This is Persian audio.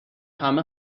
همه